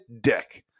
Dick